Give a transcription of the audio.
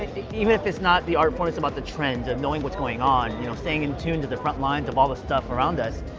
even if it's not the art form, it's about the trends and knowing what's going on, you know, staying in tune to the front lines of all the stuff around us,